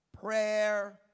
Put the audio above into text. prayer